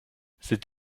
c’est